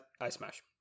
I-smash